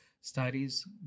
studies